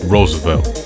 Roosevelt